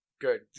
good